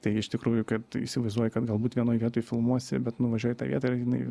tai iš tikrųjų kad įsivaizduoji kad galbūt vienoj vietoj filmuosi bet nuvažiuoji į tą vietą ir jinai